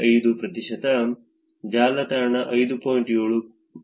5 ಪ್ರತಿಶತ ಜಾಲತಾಣ 5